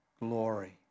glory